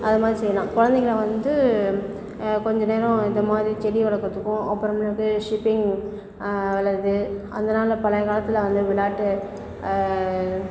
அது மாதிரி செய்யலாம் குழந்தைங்கள வந்து கொஞ்சம் நேரம் இது மாதிரி செடி வளக்கிறதுக்கும் அப்புறமேட்டு ஷிப்பிங் வளருது அந்த நாளில் பழைய காலத்தில் வந்து விளையாட்டு